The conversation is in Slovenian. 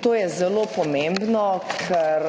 To je zelo pomembno, ker